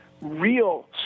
real